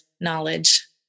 knowledge